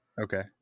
Okay